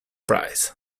prize